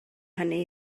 hynny